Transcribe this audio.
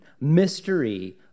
Mystery